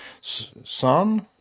son